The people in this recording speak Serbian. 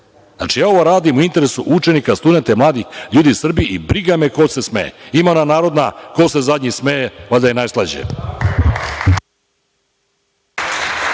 dece. Ja ovo radim u interesu učenika, studenata, mladih ljudi u Srbiji i briga me ko se smeje. Ima ona narodna ko se zadnji smeje valjda je najslađe.